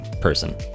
person